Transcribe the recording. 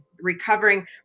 recovering